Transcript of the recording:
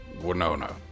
Winona